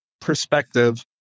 perspective